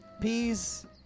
Peace